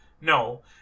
No